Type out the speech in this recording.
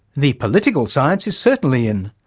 the political science is certainly in.